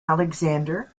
alexander